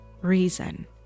reason